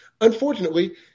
unfortunately